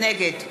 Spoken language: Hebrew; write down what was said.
נגד